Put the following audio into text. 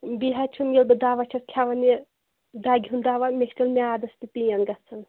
بیٚیہِ حظ چُھم ییٚلہِ بہٕ دوا چھس کھیٚوَان یہِ دَگہِ ہُنٛد دوا مےٚ چھِ تیٚلہِ میادس تہِ پین گَژھان